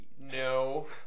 No